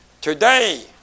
Today